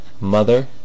mother